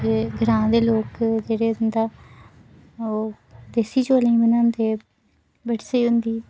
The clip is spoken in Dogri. ते ग्रांऽ दे लोक जेह्ड़े जिं'दा ओह् देसी चौलें दी बनांदे बड़ी स्हेई होंदी